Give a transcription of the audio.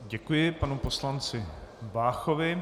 Děkuji panu poslanci Váchovi.